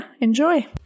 enjoy